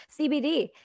CBD